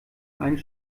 einen